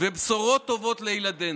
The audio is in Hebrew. ובשורות טובות לילדינו.